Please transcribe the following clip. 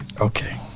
Okay